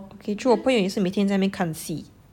okay true 我朋友也是每天在那边看戏